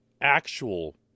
actual